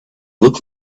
look